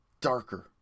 darker